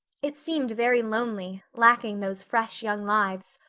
it seemed very lonely, lacking those fresh young lives.